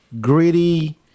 gritty